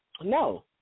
No